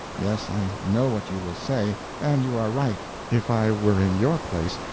yes, i know what you will say, and you are right if i were in your place,